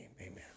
amen